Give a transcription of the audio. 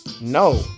No